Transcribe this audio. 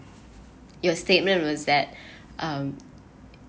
your statement was that um